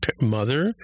mother